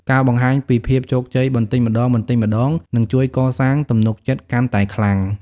ការបង្ហាញពីភាពជោគជ័យបន្តិចម្តងៗ នឹងជួយកសាងទំនុកចិត្តកាន់តែខ្លាំង។